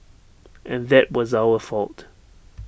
and that was our fault